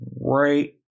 right